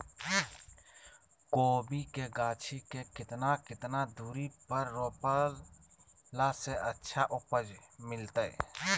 कोबी के गाछी के कितना कितना दूरी पर रोपला से अच्छा उपज मिलतैय?